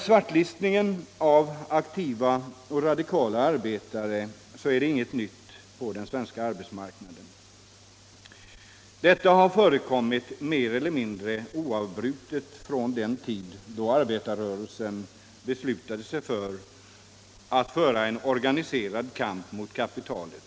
Svartlistning av aktiva och radikala arbetare är ingenting nytt på svensk arbetsmarknad. Sådan har förekommit mer eller mindre oavbrutet ända sedan den tid då arbetarrörelsen beslutade sig för att föra en organiserad kamp mot kapitalet.